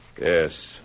Yes